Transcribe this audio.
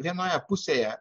vienoje pusėje